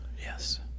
Yes